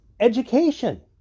Education